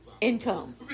income